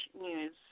news